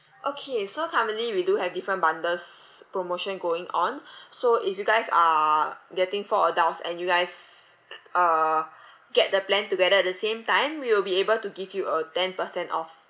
okay so currently we do have different bundles promotion going on so if you guys are getting four adults and you guys uh get the plan together at the same time we'll be able to give you a ten percent off